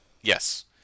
Yes